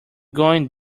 going